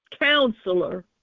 Counselor